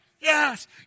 Yes